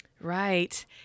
Right